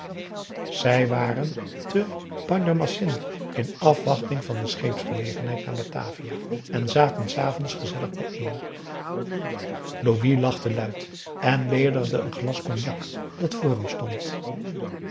zij waren te bandjermasin in afwachting van de scheepsgelegenheid naar batavia en zaten s avonds gezellig bijeen louis lachte luid en ledigde een glas cognac dat voor hem stond